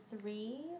three